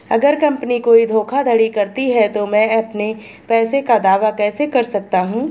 अगर कंपनी कोई धोखाधड़ी करती है तो मैं अपने पैसे का दावा कैसे कर सकता हूं?